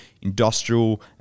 industrial